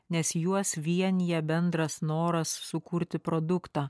nes juos vienija bendras noras sukurti produktą